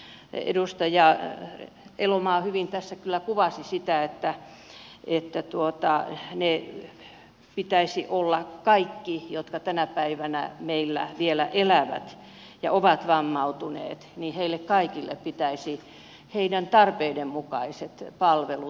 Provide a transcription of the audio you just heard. minusta edustaja elomaa hyvin tässä kyllä kuvasi sitä että pitäisi heille kaikille jotka tänä päivänä meillä vielä elävät ja ovat vammautuneet heidän tarpeidensa mukaiset palvelut toteuttaa